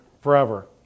forever